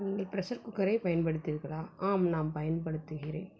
நீங்கள் ப்ரெஷர் குக்கரை பயன்படுத்தீர்களா ஆம் நாம் பயன்படுத்துகின்றேன்